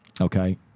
Okay